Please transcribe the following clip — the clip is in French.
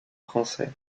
français